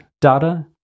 data